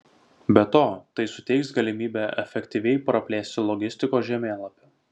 be to tai suteiks galimybę efektyviai praplėsti logistikos žemėlapį